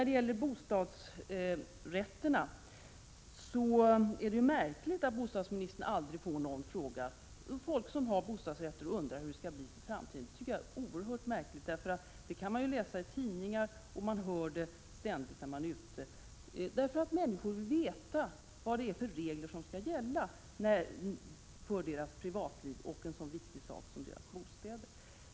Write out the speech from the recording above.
Det är oerhört märkligt att bostadsministern aldrig får frågor från folk som har bostadsrätter och som vill veta hur det skall bli i framtiden. Man läser ju i tidningar och hör ständigt när man är ute i landet att människor vill veta vilka regler som skall gälla för deras privatliv och en så viktig sak som deras bostäder.